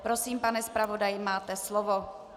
Prosím, pane zpravodaji, máte slovo.